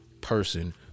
person